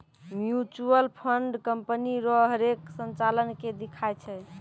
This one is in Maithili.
म्यूचुअल फंड कंपनी रो हरेक संचालन के दिखाय छै